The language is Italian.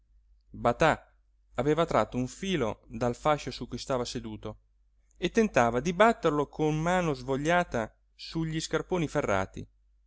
batà aveva tratto un filo dal fascio su cui stava seduto e tentava di batterlo con mano svogliata su gli scarponi ferrati